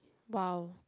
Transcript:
!wow!